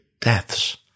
deaths